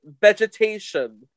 vegetation